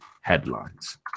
headlines